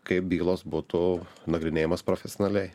kaip bylos būtų nagrinėjamos profesionaliai